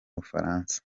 bufaransa